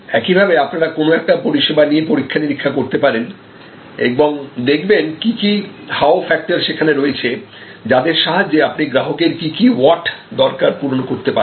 একইভাবে আপনারা কোনো একটা পরিষেবা নিয়ে পরীক্ষা নিরীক্ষা করতে পারেন এবং দেখবেন কি কি হাও ফ্যাক্টর সেখানে রয়েছে যাদের সাহায্যে আপনি গ্রাহকের কি কি দরকার পূর্ণ করতে পারেন